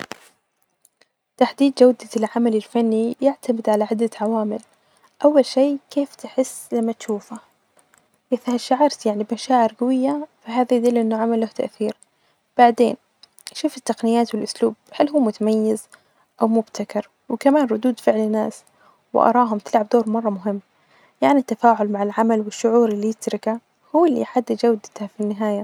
تحديد جودة العمل الفني يعتمد علي عدة عوامل، أول شئ كيف تحي لما تشوفة، إذا شعرت يعني بمشاعر جوية هذا دليل أنه عمل له تأثير ،بعدين شوف التقنيات والأسلوب، هل هو متميز أو مبتكر وكمان ردود فعل الناس وآراهم طلع دور مرة مهم يعني التفاعل مع العمل والشعور اللي يتركة هو اللي يحدد جودته في النهاية.